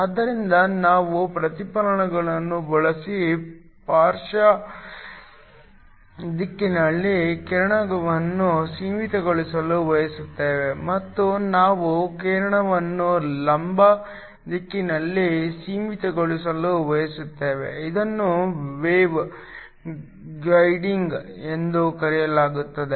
ಆದ್ದರಿಂದ ನಾವು ಪ್ರತಿಫಲಕಗಳನ್ನು ಬಳಸಿ ಪಾರ್ಶ್ವ ದಿಕ್ಕಿನಲ್ಲಿ ಕಿರಣವನ್ನು ಸೀಮಿತಗೊಳಿಸಲು ಬಯಸುತ್ತೇವೆ ಮತ್ತು ನಾವು ಕಿರಣವನ್ನು ಲಂಬ ದಿಕ್ಕಿನಲ್ಲಿ ಸೀಮಿತಗೊಳಿಸಲು ಬಯಸುತ್ತೇವೆ ಇದನ್ನು ವೇವ್ ಗೈಡಿಂಗ್ ಎಂದು ಕರೆಯಲಾಗುತ್ತದೆ